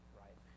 right